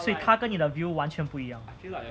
所以她跟你的 view 完全不一样